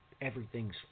everything's